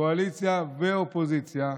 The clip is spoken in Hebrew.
קואליציה ואופוזיציה,